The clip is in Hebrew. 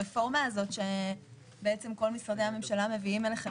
הרפורמה שכל משרדי הממשלה מביאים אליכם